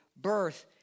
birth